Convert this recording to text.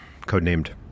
codenamed